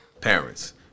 Parents